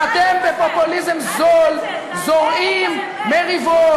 ואתם בפופוליזם זול זורעים מריבות,